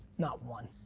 not one?